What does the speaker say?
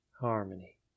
harmony